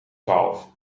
twaalf